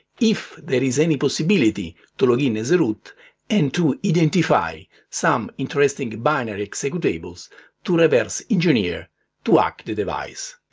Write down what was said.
if there is any possibility to login as root and to identify some interesting binary executables to reverse engineer to hack the device.